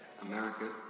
America